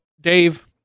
Dave